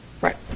Right